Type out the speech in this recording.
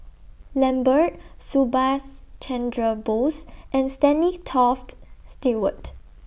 Lambert Subhas Chandra Bose and Stanley Toft Stewart